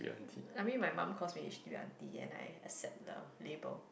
I mean my mum calls me h_d_b auntie and I accept the label